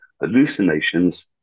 hallucinations